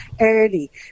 early